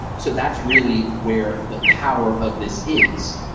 so that's really where the power of this is,